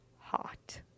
hot